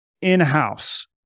in-house